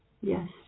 Yes